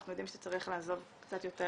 אנחנו יודעים שאתה צריך לעזוב קצת יותר